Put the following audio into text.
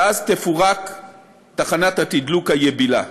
ואז תפורק תחנת התדלוק היבילה.